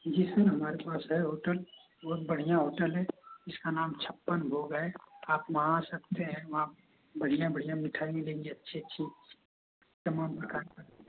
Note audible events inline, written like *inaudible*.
जी sir हमारे पास है होटल और बढ़ियाँ होटल है जिसका नाम छप्पन भोग है आप वहाँ आ सकते हैं वहाँ बढ़ियाँ बढ़ियाँ मिठाई मिलेगी अच्छी अच्छी *unintelligible*